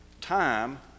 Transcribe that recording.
time